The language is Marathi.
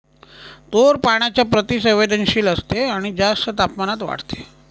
तूर पाण्याच्या प्रति संवेदनशील असते आणि जास्त तापमानात वाढते